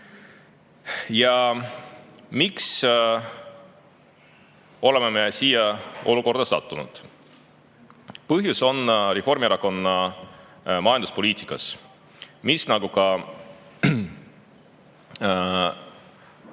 miks oleme me siia olukorda sattunud? Põhjus on Reformierakonna majanduspoliitikas, mis, nagu ka